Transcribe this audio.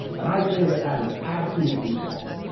and i say that that is absolutely wrong.